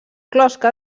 closca